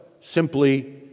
simply